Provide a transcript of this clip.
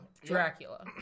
dracula